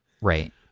right